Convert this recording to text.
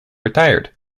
retired